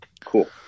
Cool